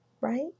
right